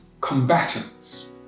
combatants